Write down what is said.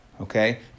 Okay